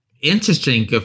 Interesting